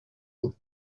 bons